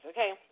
Okay